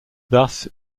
thus